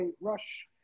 Rush